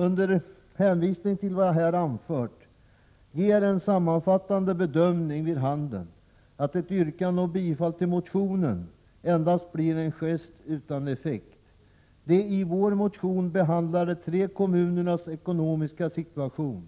Under hänvisning till vad jag här anfört ger en sammanfattande bedömning vid handen att ett yrkande om bifall till motionen endast blir en gest utan effekt. De i vår motion behandlade tre kommunernas ekonomiska situation